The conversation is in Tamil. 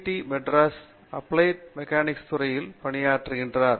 டி மெட்ராஸில் அப்ளைட் மெக்கானிக்ஸ் துறையில் பணியாற்றுகிறார்